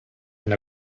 and